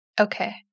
Okay